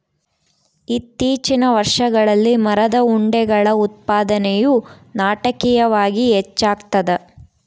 ಇತ್ತೀಚಿನ ವರ್ಷಗಳಲ್ಲಿ ಮರದ ಉಂಡೆಗಳ ಉತ್ಪಾದನೆಯು ನಾಟಕೀಯವಾಗಿ ಹೆಚ್ಚಾಗ್ತದ